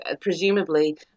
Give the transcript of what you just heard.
presumably